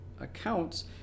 accounts